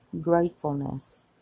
gratefulness